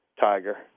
tiger